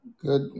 Good